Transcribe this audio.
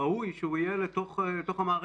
ראוי שהוא יהיה לתוך המערכת.